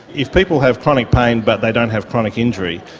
if people have chronic pain but they don't have chronic injury,